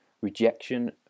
rejection